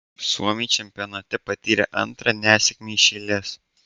suomiai čempionate patyrė antrą nesėkmę iš eilės